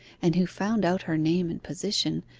and who found out her name and position,